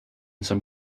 some